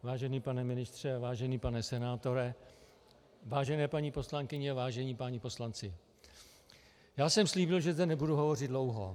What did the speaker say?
Vážený pane ministře, vážený pane senátore, vážené paní poslankyně, vážení páni poslanci, já jsem slíbil, že zde nebudu hovořit dlouho.